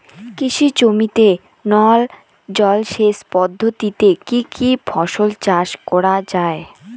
কৃষি জমিতে নল জলসেচ পদ্ধতিতে কী কী ফসল চাষ করা য়ায়?